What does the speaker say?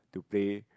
to play